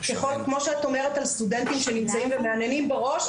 כמו שאת אומרת על סטודנטים שנמצאים ומהנהנים בראש,